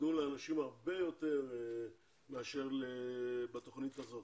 נתנו לאנשים הרבה יותר מאשר נתנו בתוכנית הזאת